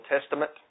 Testament